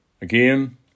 Again